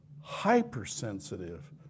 hypersensitive